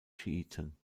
schiiten